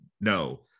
No